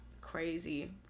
crazy